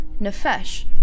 nefesh